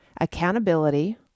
accountability